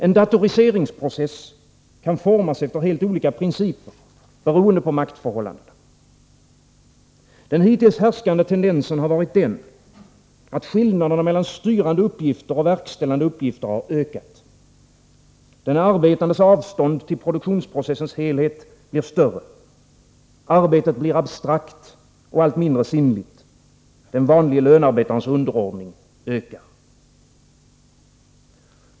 En datoriseringsprocess kan formas efter helt olika principer, beroende på maktförhållandena. Den hittills härskande tendensen har varit den att skillnaderna mellan styrande uppgifter och verkställande uppgifter har ökat. Den arbetandes avstånd till produktionsprocessens helhet blir större. Arbetet blir abstrakt och allt mindre sinnligt. Den vanlige lönarbetarens underordning ökar.